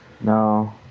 No